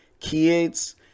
kids